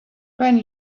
when